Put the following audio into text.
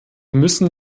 müssen